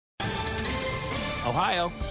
Ohio